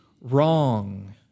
wrong